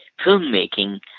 filmmaking